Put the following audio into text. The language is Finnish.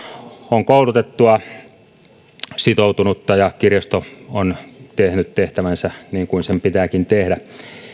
on koulutettua ja sitoutunutta ja kirjasto on tehnyt tehtävänsä niin kuin sen pitääkin tehdä